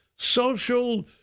Social